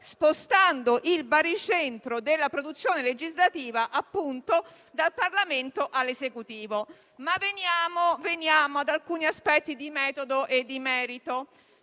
spostando il baricentro della produzione legislativa, appunto, dal Parlamento all'Esecutivo. Ma veniamo ad alcuni aspetti di metodo e di merito: